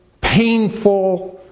painful